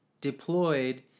deployed